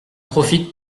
profite